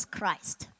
Christ